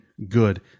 Good